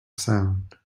sound